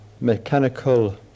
mechanical